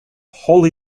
holy